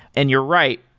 and you're right,